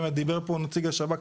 באמת דיבר פה נציג השב"כ.